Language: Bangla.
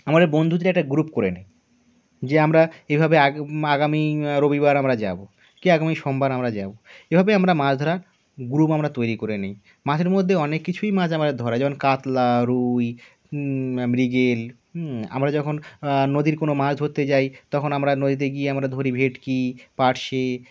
আমাদের বন্ধুদের একটা গ্রুপ করে নেই যে আমরা এইভাবে আগ আগামী রবিবার আমরা যাবো কি আগামী সোমবার আমরা যাবো এভাবে আমরা মাছ ধরার গ্রুপ আমরা তৈরি করে নিই মাছের মধ্যে অনেক কিছুই মাছ আমাদের ধরা যেমন কাতলা রুই মৃগেল আমরা যখন নদীর কোনো মাছ ধরতে যাই তখন আমরা নদীতে গিয়ে আমরা ধরি ভেটকি পারশে